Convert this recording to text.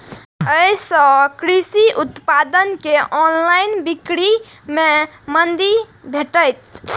अय सं कृषि उत्पाद के ऑनलाइन बिक्री मे मदति भेटतै